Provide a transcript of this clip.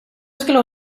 ska